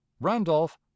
Randolph